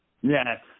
yes